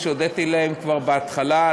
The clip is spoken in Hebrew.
והודיתי להם כבר בהתחלה,